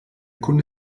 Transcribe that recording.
kunde